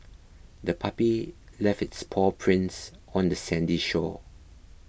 the puppy left its paw prints on the sandy shore